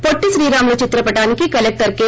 పొట్లి శ్రీరాములు చిత్ర పటానికి collector K